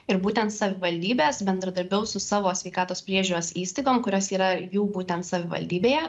ir būtent savivaldybės bendradarbiaus su savo sveikatos priežiūros įstaigom kurios yra jų būtent savivaldybėje